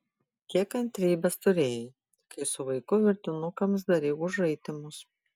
kiek kantrybės turėjai kai su vaiku virtinukams darei užraitymus